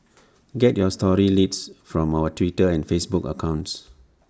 get your story leads from our Twitter and Facebook accounts